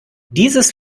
dieses